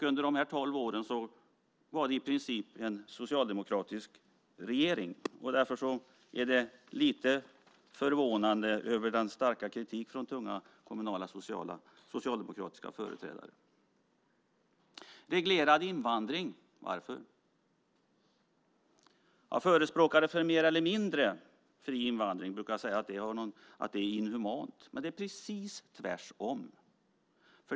Under de här tolv åren hade Sverige i princip en socialdemokratisk regering. Därför är det lite förvånande med den starka kritiken från tunga kommunala socialdemokratiska företrädare. Varför ska vi ha reglerad invandring? Förespråkare för mer eller mindre fri invandring brukar säga att det är inhumant. Men det är precis tvärsom.